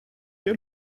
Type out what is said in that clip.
der